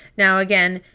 now again,